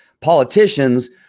politicians